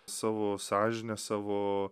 savo sąžine savo